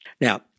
Now